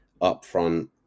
upfront